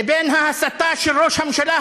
לבין ההסתה של ראש הממשלה,